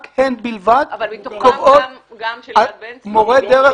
רק הן בלבד --- גם של יד יצחק בן צבי?